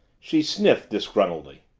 she sniffed disgruntledly.